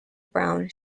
brown